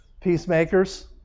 Peacemakers